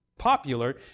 popular